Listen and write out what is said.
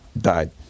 died